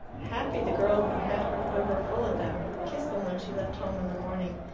happy the girl who had her quiver full of them, who kissed them when she left home in the morning,